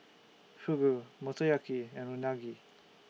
Fugu Motoyaki and Unagi